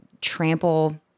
trample